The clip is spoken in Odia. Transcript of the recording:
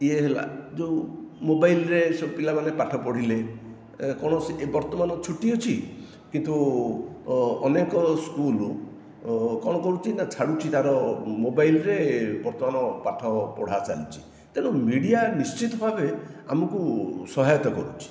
ଇଏ ହେଲା ଯେଉଁ ମୋବାଇଲରେ ସବୁ ପିଲାମାନେ ପାଠ ପଢ଼ିଲେ ଏ କୌଣସି ଏ ବର୍ତ୍ତମାନ ଛୁଟି ଅଛି କିନ୍ତୁ ଅନେକ ସ୍କୁଲ କଣ କରୁଛି ନା ଛାଡ଼ୁଛି ତାର ମୋବାଇଲରେ ବର୍ତ୍ତମାନ ପାଠ ପଢ଼ା ଚାଲିଛି ତେଣୁ ମିଡ଼ିଆ ନିଶ୍ଚିତ ଭାବେ ଆମକୁ ସହାୟତା କରୁଛି